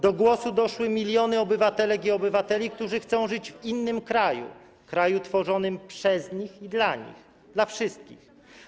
Do głosu doszły miliony obywatelek i obywateli, którzy chcą żyć w innym kraju, kraju tworzonym przez nich i dla nich, dla wszystkich.